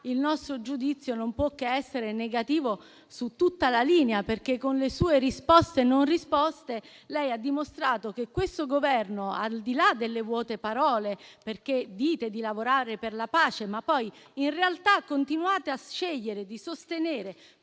il nostro giudizio non può che essere negativo su tutta la linea. Con le sue risposte-non risposte lei ha dimostrato che questo Governo, al di là delle vuote parole, dice di lavorare per la pace, ma poi in realtà continua a scegliere di sostenere